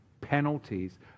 penalties